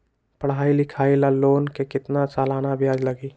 पढाई लिखाई ला लोन के कितना सालाना ब्याज लगी?